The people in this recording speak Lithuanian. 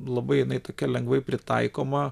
labai jinai tokia lengvai pritaikoma